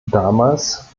damals